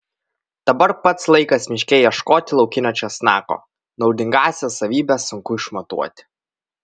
dabar pats laikas miške ieškoti laukinio česnako naudingąsias savybes sunku išmatuoti